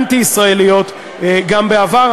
אנטי-ישראליות, גם בעבר.